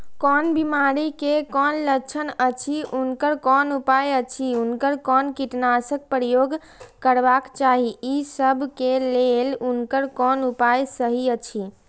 कोन बिमारी के कोन लक्षण अछि उनकर कोन उपाय अछि उनकर कोन कीटनाशक प्रयोग करबाक चाही ई सब के लेल उनकर कोन उपाय सहि अछि?